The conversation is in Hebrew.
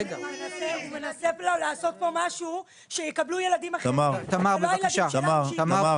הוא מנסה לעשות פה משהו שיקבלו ילדים אחרים ולא הילדים שלנו --- תמר,